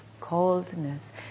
coldness